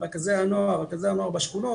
מרכזי הנוער בשכונות.